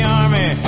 army